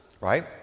right